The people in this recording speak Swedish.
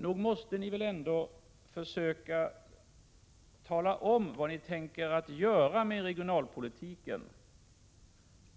Nog måste ni väl ändå försöka tala om, vad ni tänker göra med regionalpolitiken,